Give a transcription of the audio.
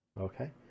Okay